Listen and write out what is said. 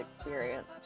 experience